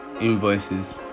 invoices